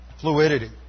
fluidity